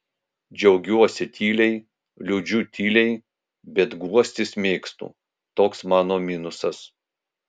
džiaugiuosi tyliai liūdžiu tyliai bet guostis mėgstu toks mano minusas